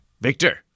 Victor